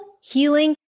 healing